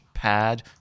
Pad